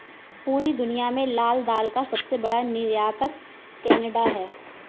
पूरी दुनिया में लाल दाल का सबसे बड़ा निर्यातक केनेडा है